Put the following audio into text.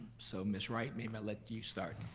so, ms. wright, maybe i'll let you start.